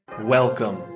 Welcome